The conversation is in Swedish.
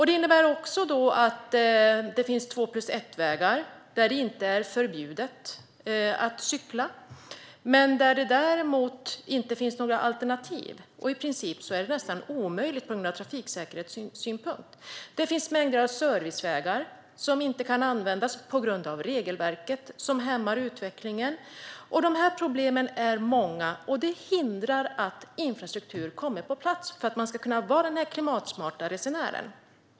Det finns två-plus-ett-vägar, där det inte är förbjudet att cykla men där det däremot inte finns några alternativ och är nästan omöjligt ur trafiksäkerhetssynpunkt. Det finns mängder av servicevägar som inte kan användas på grund av regelverket, vilket hämmar utvecklingen. Problemen är många och hindrar att infrastruktur kommer på plats så att man kan vara den klimatsmarta resenären.